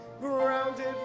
Grounded